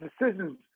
decisions